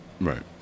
Right